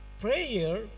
prayer